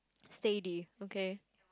Sadie okay